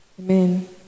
Amen